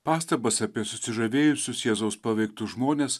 pastabas apie susižavėjusius jėzaus paveiktus žmones